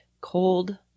cold